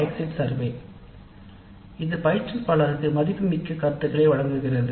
exit survey பாடத்திட்டம் இது பயிற்றுவிப்பாளருக்கு மதிப்புமிக்க கருத்துக்களை வழங்குகிறது